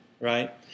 right